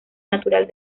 natural